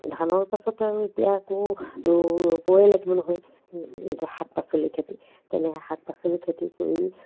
ধানৰ পাছত আৰু এতিয়া আকৌ ৰুবই লাগিব নহয় শাক পাচলি খেতি তেনেকৈ শাক পাচলি খেতি কৰি